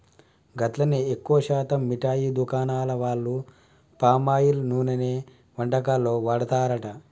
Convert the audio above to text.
గట్లనే ఎక్కువ శాతం మిఠాయి దుకాణాల వాళ్లు పామాయిల్ నూనెనే వంటకాల్లో వాడతారట